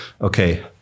Okay